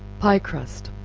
pie crust.